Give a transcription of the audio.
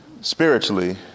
spiritually